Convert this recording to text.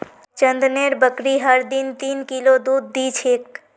चंदनेर बकरी हर दिन तीन किलो दूध दी छेक